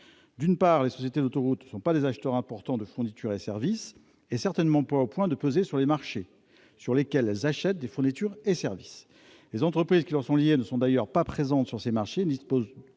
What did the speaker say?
D'une part, les sociétés d'autoroutes ne sont pas des acheteurs importants de fournitures et services, certainement pas au point de peser sur les marchés sur lesquels elles achètent des fournitures et services. Les entreprises qui leur sont liées ne sont d'ailleurs pas présentes sur ces marchés et n'y disposent